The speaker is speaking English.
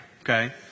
Okay